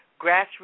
grassroots